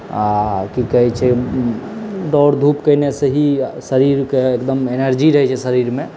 आ की कहैत छै दौड़ धूप कयने से ही शरीरके एकदम एनर्जी रहैत छै शरीरमे